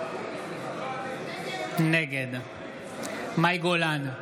נגד מאי גולן,